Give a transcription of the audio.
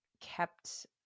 kept